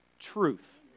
truth